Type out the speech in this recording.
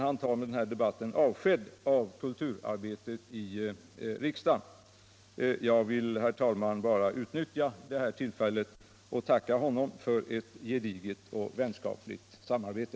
Han tar med denna debatt avsked från kulturarbetet i riksdagen. Jag vill utnyttja detta tillfälle till att tacka honom för eu gediget arbete och ett vänskapligt samarbete.